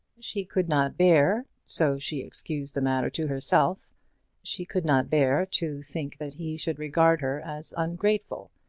she could not bear so she excused the matter to herself she could not bear to think that he should regard her as ungrateful.